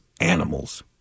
animals